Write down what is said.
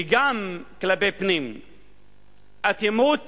וגם כלפי פנים, אטימות